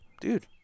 dude